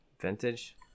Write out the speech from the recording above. vintage